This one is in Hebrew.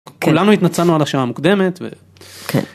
כולנו התנצלנו על השעה המוקדמת.